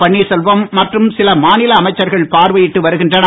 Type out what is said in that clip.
பன்வீர்செல்வம் மற்றும் சில மாநில அமைச்சர்கள் பார்வையிட்டு வருகின்றனர்